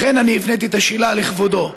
לכן הפניתי את השאלה לכבודו.